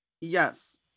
Yes